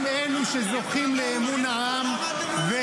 לכן חברי הכנסת הם אלה שזוכים לאמון העם -- נו,